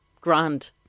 grand